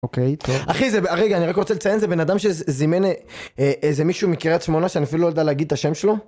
אוקיי אחי זה רגע אני רק רוצה לציין זה בן אדם שזימן איזה מישהו מקרית שמונה שאני אפילו לא יודע להגיד את השם שלו.